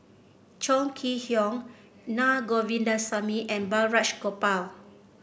Chong Kee Hiong Na Govindasamy and Balraj Gopal